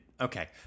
okay